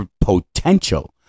potential